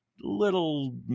little